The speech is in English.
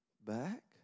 back